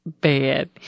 bad